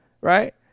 right